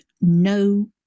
no